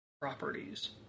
properties